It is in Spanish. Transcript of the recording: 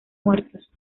muertos